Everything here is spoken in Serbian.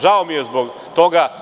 Žao mi je zbog toga.